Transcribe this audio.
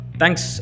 thanks